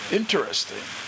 interesting